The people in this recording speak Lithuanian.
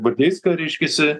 gvardeiską reiškiasi